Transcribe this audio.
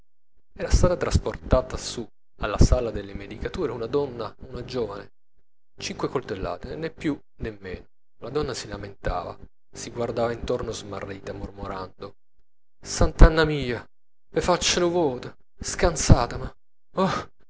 era stata trasportata su alla sala delle medicature una donna una giovane cinque coltellate nè più nè meno la donna si lamentava si guardava intorno smarrita mormorando sant'anna mia ve faccio nu voto scanzateme uh